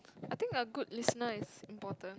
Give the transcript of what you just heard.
I think a good listener is important